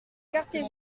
quartier